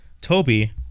toby